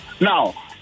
Now